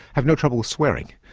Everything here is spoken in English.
have no trouble with swearing.